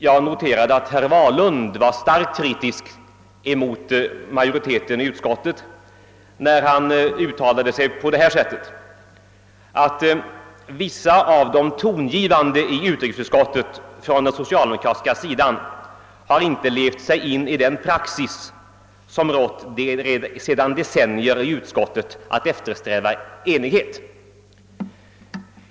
Jag observerade att herr Wahlund var starkt kritisk mot majoriteten i utskottet, när han uttalade att vissa av de cialdemokratiska sidan inte levt sig in i den praxis som rått sedan decennier i detta utskott, nämligen att eftersträva enighet.